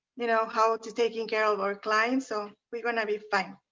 you know, how ah to take and care of our clients so we're gonna be fine.